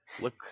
Look